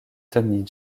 tony